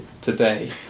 today